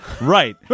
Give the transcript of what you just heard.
Right